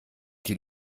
die